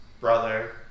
brother